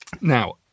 Now